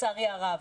לצערי הרב,